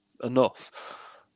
enough